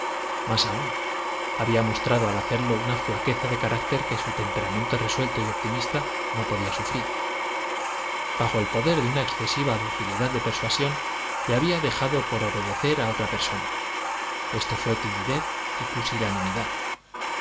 más aún había mostrado al hacerlo una flaqueza de carácter que su temperamento resuelto y optimista no podía sufrir bajo el poder de una excesiva docilidad de persuasión le había dejado por obedecer a otra persona esto fué timidez y pusilanimidad